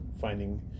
finding